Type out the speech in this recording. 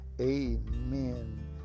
Amen